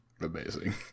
Amazing